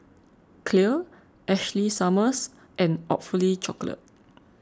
Clear Ashley Summers and Awfully Chocolate